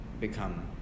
become